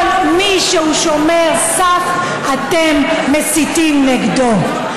כל מי שהוא שומר סף, אתם מסיתים נגדו.